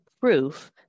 proof